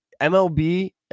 MLB